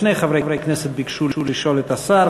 שני חברי כנסת ביקשו לשאול את השר,